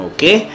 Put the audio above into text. Okay